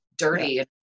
dirty